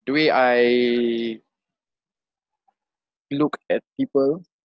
the way I look at people